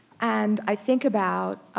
and i think about